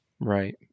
right